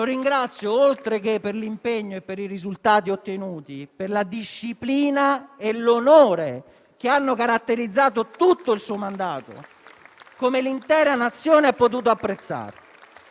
come l'intera Nazione ha potuto apprezzare. Quanto accaduto ieri mattina ufficializza un dato politico allarmante: